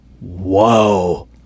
Whoa